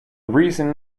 reason